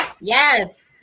Yes